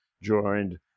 joined